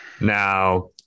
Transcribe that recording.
Now